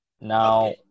now